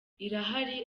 irahari